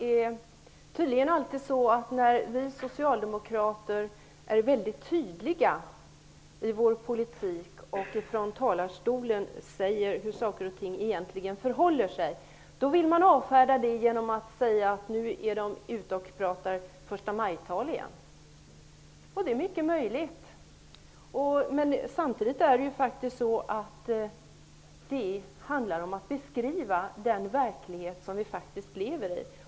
Fru talman! När vi socialdemokrater är tydliga i vår politik och från talarstolen säger hur saker och ting egentligen förhåller sig vill man uppenbarligen alltid avfärda det med: Nu är de ute och förstamajtalar igen. Det är mycket möjligt. Samtidigt handlar det om att beskriva den verklighet som vi faktiskt lever i.